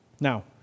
Now